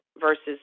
versus